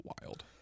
Wild